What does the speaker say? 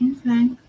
okay